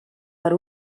per